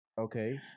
Okay